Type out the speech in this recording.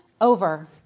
over